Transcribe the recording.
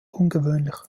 ungewöhnlich